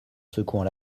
secouant